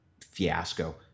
fiasco